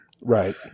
right